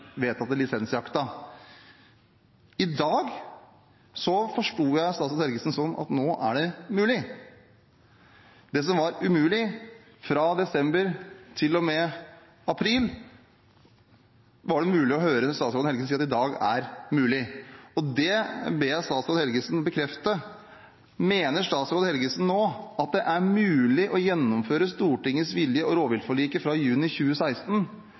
vedtatte lisensjakten. I dag forsto jeg statsråd Helgesen sånn at nå er det mulig. Det som var umulig fra desember til april, var det mulig å høre statsråd Helgesen si i dag er mulig. Det ber jeg statsråd Helgesen bekrefte. Mener statsråd Helgesen nå at det er mulig å gjennomføre Stortingets vilje og rovviltforliket fra juni 2016